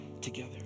together